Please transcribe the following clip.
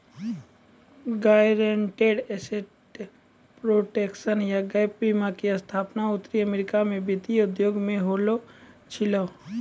guaranteed asset protection या gap बीमा के स्थापना उत्तरी अमेरिका मे वित्तीय उद्योग मे होलो छलै